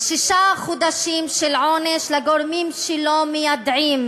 שישה חודשים של עונש לגורמים שלא מיידעים.